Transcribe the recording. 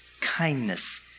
kindness